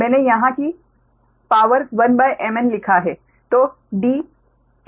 मैंने यहाँ की शक्ति 1mn लिखा है